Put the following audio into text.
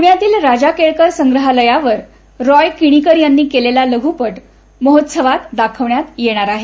पुण्यातील राजा केळकर संग्रहालयावर रॉय किणीकर यांनी केलेला लघूपट महोत्सवात दाखवण्यात येणार आहे